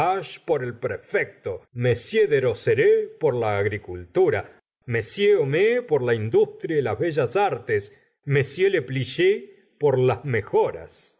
por el prefecto m deroserays por la agricultura m homais por la industria y las bellas artes m leplichey por las mejoras